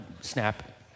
snap